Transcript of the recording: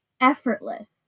effortless